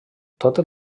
totes